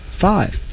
Five